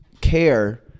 care